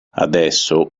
adesso